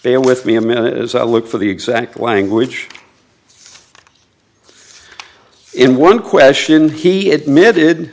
bear with me a minute as i look for the exact language in one question he admitted